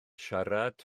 siarad